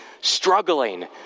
struggling